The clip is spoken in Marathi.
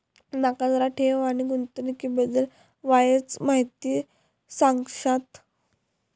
माका जरा ठेव आणि गुंतवणूकी बद्दल वायचं माहिती सांगशात?